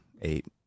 eight